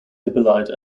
hippolyte